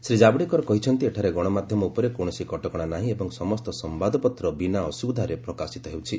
ଶ୍ରୀ କାବ୍ଡେକର କହିଛନ୍ତି ଏଠାରେ ଗଣମାଧ୍ୟମ ଉପରେ କୌଣସି କଟକଶା ନାହିଁ ଏବଂ ସମସ୍ତ ସମ୍ଭାଦପତ୍ର ବିନା ଅସୁବିଧାରେ ପ୍ରକାଶିତ ହେଉଛି